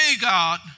God